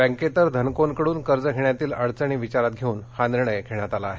बँकेतर धनकोंकडून कर्ज घेण्यातील अडचणी विचारात घेऊन हा निर्णय घेण्यात आला आहे